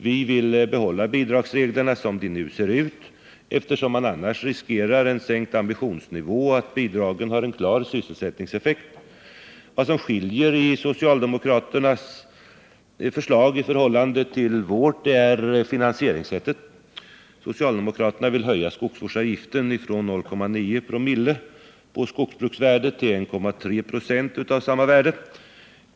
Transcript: Vi vill behålla bidragsreglerna som de nu ser ut, eftersom man annars riskerar en sänkt ambitionsnivå och bidragen har en klar sysselsättningseffekt. Vad som skiljer socialdemokraternas förslag från vårt är finansieringssättet. Socialdemokraterna vill höja skogsvårdsavgiften från 0,9 9/00 på skogsbruksvärdet till 1,3 26 av samma värde.